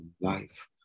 life